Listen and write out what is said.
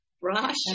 brush